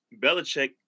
Belichick